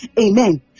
Amen